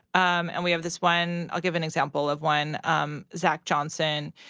um and we have this one, i'll give an example of one. um zach johnson.